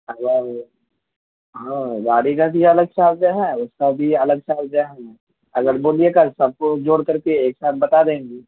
اگر ہاں گاڑی کا بھی الگ چارج ہے اس کا بھی الگ چارج ہے اگر بولیے گا سب آپ کو جوڑ کر کے ایک ساتھ بتا دیں گے